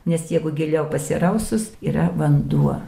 nes jeigu giliau pasirausus yra vanduo